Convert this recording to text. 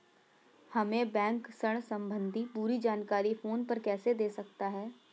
हमें बैंक ऋण संबंधी पूरी जानकारी फोन पर कैसे दे सकता है?